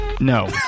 No